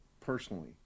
personally